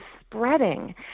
spreading